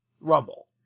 rumble